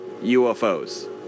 UFOs